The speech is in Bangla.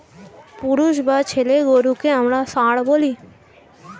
পুরুষ বা ছেলে গরুকে আমরা ষাঁড় বলি